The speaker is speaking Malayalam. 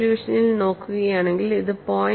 സൊല്യൂഷനിൽ നോക്കുകയാണെങ്കിൽ ഇത് 0